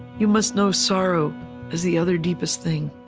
you must know sorrow as the other deepest thing.